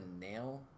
nail